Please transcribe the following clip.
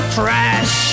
trash